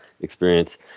experience